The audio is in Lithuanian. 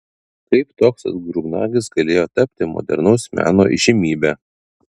kaip toks atgrubnagis galėjo tapti modernaus meno įžymybe